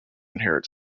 inherit